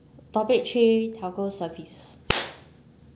topic three telco service